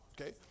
okay